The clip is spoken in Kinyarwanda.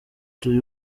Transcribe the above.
turi